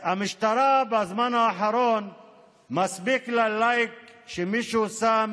בזמן האחרון מספיק למשטרה לייק שמישהו שם